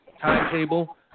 timetable